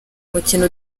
umukino